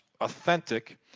authentic